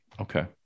okay